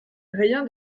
rien